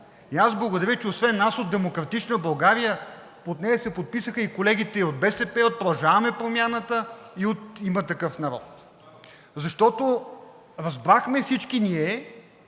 Благодаря, че освен нас от „Демократична България“ под нея се подписаха колегите и от БСП, и от „Продължаваме Промяната“, и от „Има такъв народ“. Защото разбрахме всички ние,